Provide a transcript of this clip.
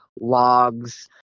logs